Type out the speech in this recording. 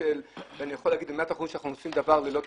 מכיוון שאני לא יכול להגיד במאה אחוזים שאנחנו עושים דבר ללא תקלות.